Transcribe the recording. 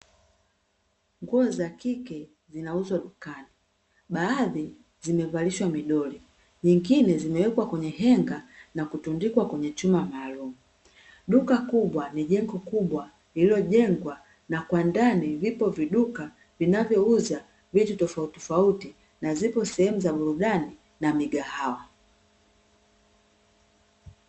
Nguo za kike zinauzwa dukani, baadhi zimevalishwa midoli, nyingine zimewekwa kwenye henga na kutundikwa kwenye chuma maalumu. Duka kubwa ni jengo kubwa lililojengwa, na kwa ndani vipo viduka vinavyouza vitu tofauti tofauti, na zipo sehemu za burudani na migahawa.